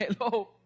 Hello